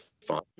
fun